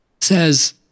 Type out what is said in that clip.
says